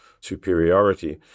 superiority